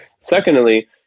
Secondly